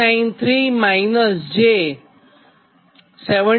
3 થાય અને B 70